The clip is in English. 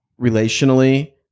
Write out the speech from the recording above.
Relationally